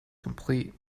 complete